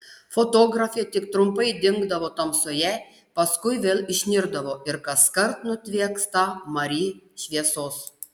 fotografė tik trumpai dingdavo tamsoje paskui vėl išnirdavo ir kaskart nutvieksta mari šviesos